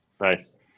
nice